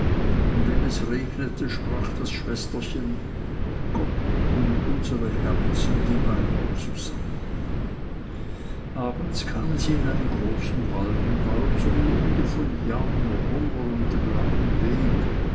und wenn es regnete sprach das schwesterchen gott und unsere herzen die weinen zusammen abends kamen sie in einen großen wald und waren so müde von jammer hunger und dem langen weg